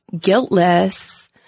guiltless